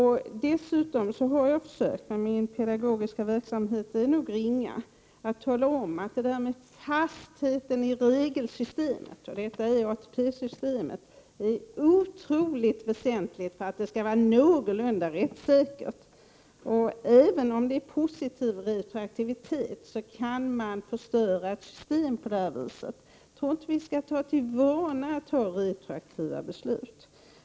Effekten av min pedagogiska verksamhet är nog ringa, men jag har försökt tala om att fasthet i regelsystemet — i det här fallet ATP-systemet — är något otroligt väsentligt för att det skall vara någorlunda rättssäkert. Även om det är positiv retroaktivitet, kan man förstöra systemet. Jag tror inte att vi skall ta till vana att fatta beslut med retroaktiv verkan.